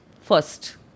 first